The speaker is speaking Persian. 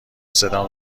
صدام